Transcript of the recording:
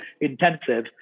intensive